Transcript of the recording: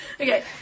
Okay